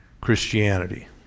Christianity